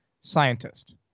scientist